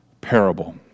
parable